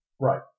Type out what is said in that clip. Right